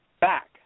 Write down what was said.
back